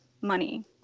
money